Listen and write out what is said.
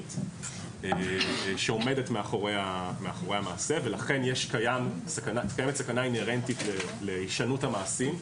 מינית שעומדת מאחורי המעשה ולכן קיימת סכנה אינהרנטית להישנות המעשים,